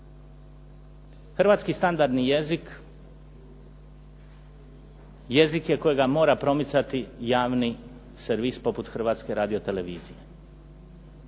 Hrvatski standardni jezik jezik je kojega mora promicati javni servis poput Hrvatske radiotelevizije.